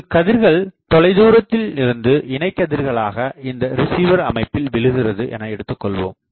இங்கு கதிர்கள் தொலைதூரத்தில் இருந்து இணை கதிர்களாக இந்த ரிசிவர் அமைப்பில் விழுகிறது என எடுத்துக்கொள்வோம்